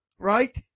right